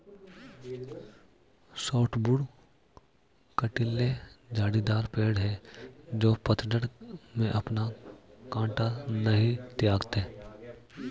softwood कँटीले झाड़ीदार पेड़ हैं जो पतझड़ में अपना काँटा नहीं त्यागते